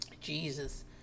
Jesus